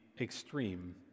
extreme